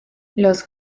los